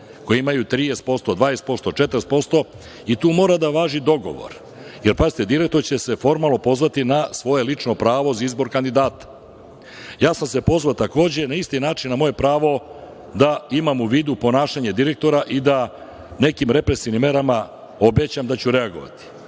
koji imaju 30%, 20%, 40% i tu mora da važi dogovor jer direktor će se formalno pozvati na svoje lično pravo za izbor kandidata. Ja sam se pozvao takođe na isti način, na moje pravo da imam u vidu ponašanje direktora i da nekim represivnim merama obećam da ću reagovati